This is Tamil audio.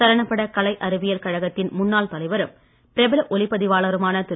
சலனப்பட கலை அறிவியல் கழகத்தின் முன்னாள் தலைவரும் பிரபல ஒளிப்பதிவாளருமான திரு